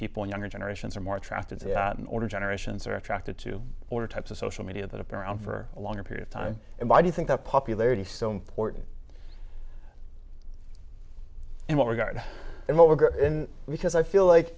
people younger generations are more attracted to that in order generations are attracted to older types of social media that have been around for a longer period of time and i do think that popularity so important in what regard and what we're good in because i feel like